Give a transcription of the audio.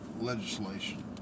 legislation